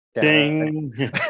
Ding